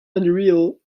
unreal